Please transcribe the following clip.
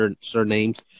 surnames